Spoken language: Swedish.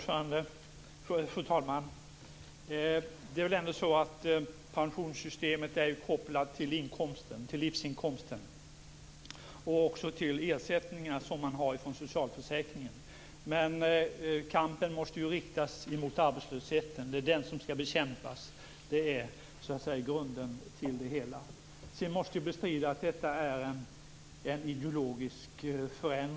Fru talman! Det är ju ändå så att pensionssystemet är kopplat till livsinkomsten och även till ersättningarna man har ifrån socialförsäkringarna. Men kampen måste riktas mot arbetslösheten. Det är den som skall bekämpas. Det är grunden till det hela. Jag måste bestrida att det är fråga om en ideologisk förändring.